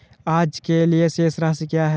आज के लिए शेष राशि क्या है?